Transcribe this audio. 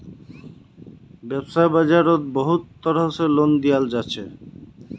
वैव्साय बाजारोत बहुत तरह से लोन दियाल जाछे